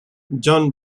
john